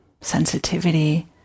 sensitivity